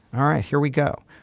all right here we go.